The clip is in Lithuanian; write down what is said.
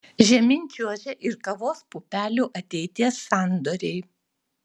žemyn čiuožia ir kavos pupelių ateities sandoriai